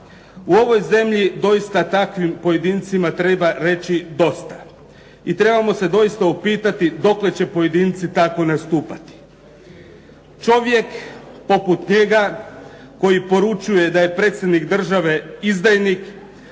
U ovoj zemlji doista takvim pojedincima treba reći dosta i trebamo se doista upitati dokle će pojedinci tako nastupati. Čovjek poput njega koji poručuje da je predsjednik države izdajnik